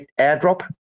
airdrop